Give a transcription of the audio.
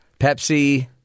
Pepsi